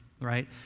right